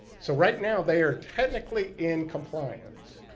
so, right now, they are technically in compliance.